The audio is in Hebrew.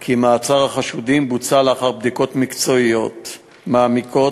כי מעצר החשודים בוצע לאחר בדיקות מקצועיות מעמיקות